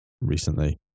recently